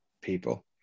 people